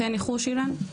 תן ניחוש אילן.